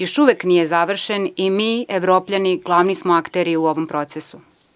Još uvek nije završen i mi Evropljani glavni smo akteri u ovom procesu.